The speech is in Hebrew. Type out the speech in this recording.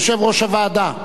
יושב-ראש הוועדה,